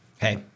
Hey